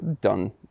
done